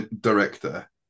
director